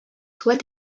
soit